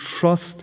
trust